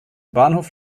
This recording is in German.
bahnhof